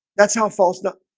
that's how false not